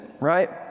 right